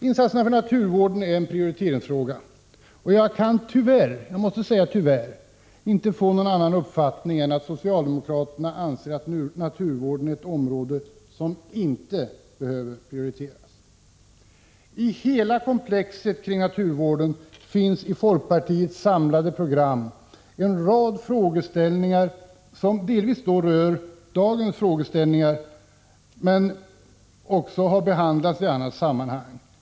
Insatserna för naturvården är en prioriteringsfråga, och jag kan tyvärr — jag måste säga tyvärr — inte få någon annan uppfattning än att socialdemokraterna anser att naturvården är ett område som inte behöver prioriteras. I hela komplexet kring naturvården finns i folkpartiets samlade program en rad frågeställningar som delvis rör dagens problem men även sådana som har behandlats i annat sammanhang.